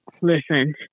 listen